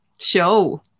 show